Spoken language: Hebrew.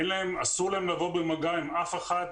אסור להם לבוא במגע עם אף אחד,